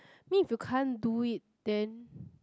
mean if you can't do it then